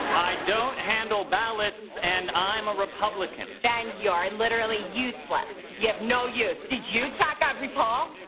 don't handle ballots, and i'm a republican. then you're literally useless. you have no use. did you check every pulse?